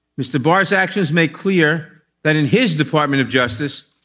mr. barr's actions make clear that in his department of justice,